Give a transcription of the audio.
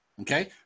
Okay